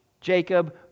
Jacob